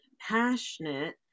passionate